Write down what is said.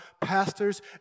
pastors